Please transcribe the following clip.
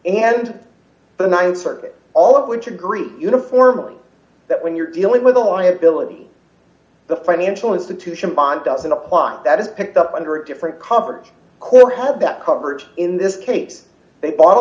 and the th circuit all of which agree uniformly that when you're dealing with a liability the financial institution doesn't apply that is picked up under a different coverage core had that coverage in this case they bought a